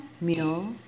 meal